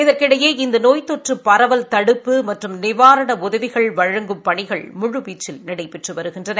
இதற்கிடையே இந்த நோய் தொற்று பரவல் தடுப்பு மற்றும் நிவாரண உதவிகள் வழங்கும் பணிகள் முழுவீச்சில் நடைபெற்று வருகின்றன